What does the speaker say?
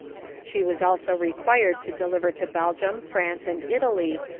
she was also required to deliver to belgium, france, and italy,